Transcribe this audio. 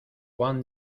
juan